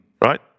Right